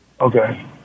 Okay